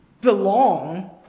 belong